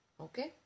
Okay